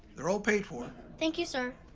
they're all paid for. thank you, sir.